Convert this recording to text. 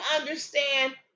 understand